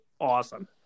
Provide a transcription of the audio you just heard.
awesome